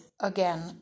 again